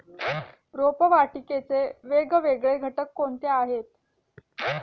रोपवाटिकेचे वेगवेगळे घटक कोणते आहेत?